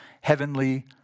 heavenly